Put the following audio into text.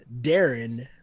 Darren